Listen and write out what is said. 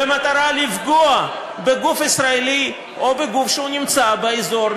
במטרה לפגוע בגוף ישראלי או בגוף שנמצא באזור,